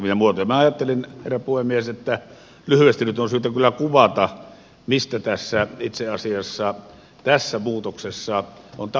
minä ajattelin herra puhemies että lyhyesti nyt on syytä kyllä kuvata mistä tässä muutoksessa itse asiassa on taustaltaan kysymys